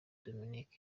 dominic